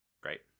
great